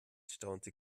staunte